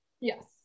Yes